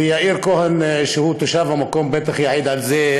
ומאיר כהן, שהוא תושב המקום, בטח יעיד על זה,